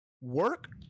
work